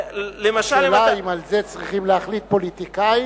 השאלה היא אם על זה צריכים להחליט פוליטיקאים,